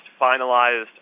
finalized